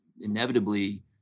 inevitably